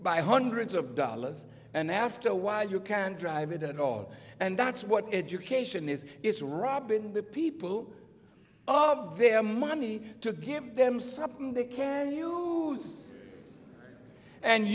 by hundreds of dollars and after a while you can drive it at all and that's what education is is rob in the people of their money to give them something they can